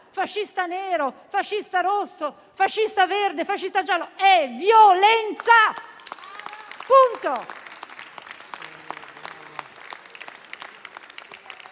fascista nero, fascista rosso, fascista verde fascista giallo? È violenza! Punto!